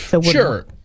Sure